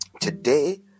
today